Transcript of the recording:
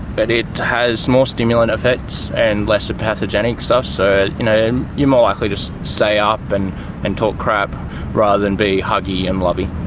but it has more stimulant effects and less pathogenic stuff. so you're more likely to stay up and and talk crap rather than be huggy and lovey.